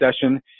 session